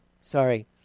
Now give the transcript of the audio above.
Sorry